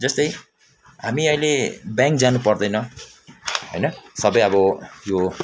जस्तै हामी अहिले ब्याङ्क जानु पर्दैन होइन सबै अब यो